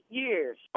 years